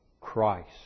Christ